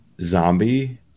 Zombie